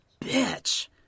bitch